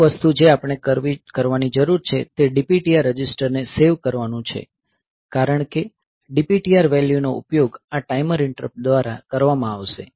પ્રથમ વસ્તુ જે આપણે કરવાની જરૂર છે તે DPTR રજિસ્ટરને સેવ કરવાનું છે કારણ કે DPTR વેલ્યુનો ઉપયોગ આ ટાઈમર ઇન્ટરપ્ટ દ્વારા કરવામાં આવશે